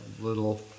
little